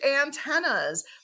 antennas